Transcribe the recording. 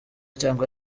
cyangwa